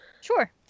Sure